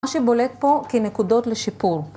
מה שבולט פה כנקודות לשיפור.